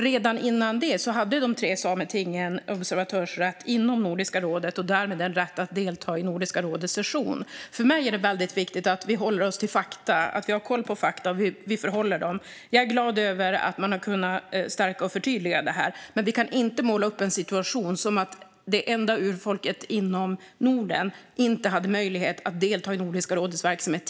Redan innan det skedde hade de tre sametingen observatörsrätt inom Nordiska rådet och därmed en rätt att delta vid Nordiska rådets session. För mig är det väldigt viktigt att vi håller oss till fakta och har koll på fakta. Jag är glad över att man har kunnat stärka och förtydliga det här, men vi kan inte måla upp situationen som att det enda urfolket inom Norden tidigare inte hade möjlighet att delta i Nordiska rådets verksamhet.